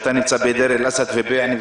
שאתה נמצא בדיר אל אסד ובבעינה,